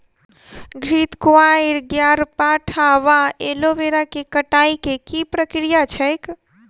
घृतक्वाइर, ग्यारपाठा वा एलोवेरा केँ कटाई केँ की प्रक्रिया छैक?